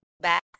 back